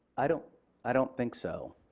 i don't i don't think so.